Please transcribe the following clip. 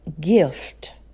gift